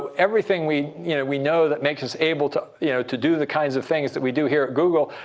everything we you know we know that makes us able to yeah to do the kinds of things that we do here at google,